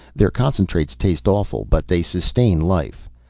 their concentrates taste awful but they sustain life.